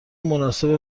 مناسب